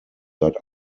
seit